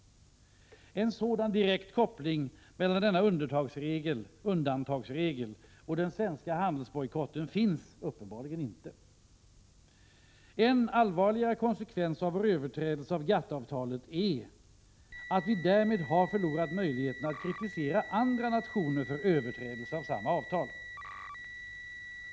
En sådan direkt koppling mellan denna undantagsregel och den svenska handelsbojkotten finns uppenbarligen inte. En allvarligare konsekvens av vår överträdelse av GATT:-avtalet är att vi därmed har förlorat möjligheten att kritisera andra nationer för överträdelse av samma avtal.